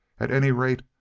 at any rate,